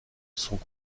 sont